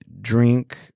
drink